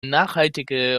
nachhaltige